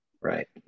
Right